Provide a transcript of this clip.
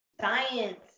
science